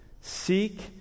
Seek